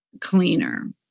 cleaner